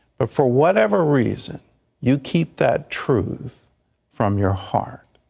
but for whatever reason you keep that truth from your heart